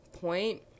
point